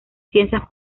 ciencias